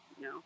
No